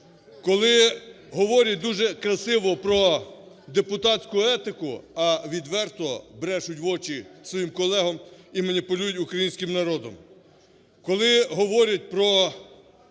Коли говорять дуже красиво про депутатську етику, а відверто брешуть в очі своїм колегам і маніпулюють українським народом. Коли говорять про